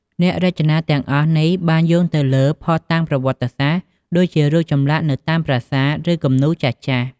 អ្នករចនាទាំងអស់នេះបានយោងទៅលើភស្តុតាងប្រវត្តិសាស្ត្រ ដូចជារូបចម្លាក់នៅតាមប្រាសាទ ឬគំនូរចាស់ៗ។